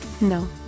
No